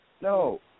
no